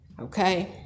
okay